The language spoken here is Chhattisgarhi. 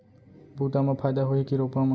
बुता म फायदा होही की रोपा म?